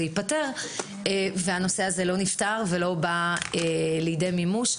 ייפתר אבל הנושא הזה לא נפתר ולא בא לידי מימוש,